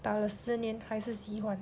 打了十年还是喜欢